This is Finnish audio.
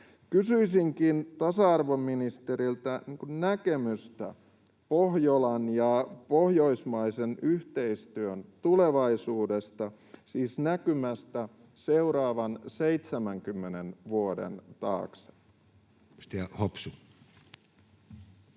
Kysyisinkin tasa-arvoministeriltä näkemystä Pohjolan ja pohjoismaisen yhteistyön tulevaisuudesta, siis näkymästä seuraavan 70 vuoden taakse.